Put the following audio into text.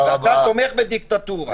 אתה תומך בדיקטטורה.